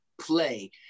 play